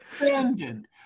Abandoned